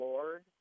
Lord